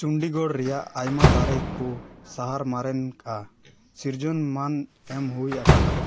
ᱪᱚᱱᱰᱤᱜᱚᱲ ᱨᱮᱭᱟᱜ ᱟᱭᱢᱟ ᱫᱟᱨᱮ ᱠᱚ ᱥᱟᱦᱟᱨ ᱢᱟᱨᱮᱱᱼᱟᱜ ᱥᱤᱨᱡᱚᱱ ᱢᱟᱹᱱ ᱮᱢ ᱦᱩᱭ ᱟᱠᱟᱱᱟ